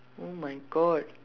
oh my God